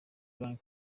banki